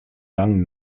langen